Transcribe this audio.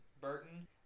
Burton